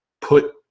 put